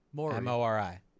M-O-R-I